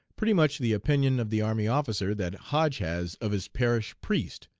pretty much the opinion of the army officer that hodge has of his parish priest,